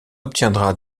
obtiendra